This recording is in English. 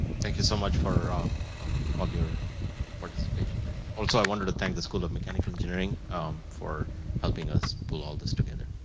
thank you so much for ah um all your participation, and also i wanted to thank the school of mechanical engineering for helping us pull all this together.